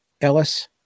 Ellis